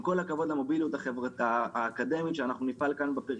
עם כל הכבוד למוביליות האקדמית כאן בפריפריה,